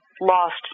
lost